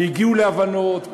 הגיעו להבנות,